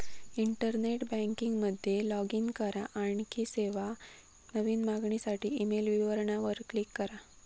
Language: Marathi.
इंटरनेट बँकिंग मध्ये लाॅग इन करा, आणखी सेवा, नवीन मागणीसाठी ईमेल विवरणा वर क्लिक करा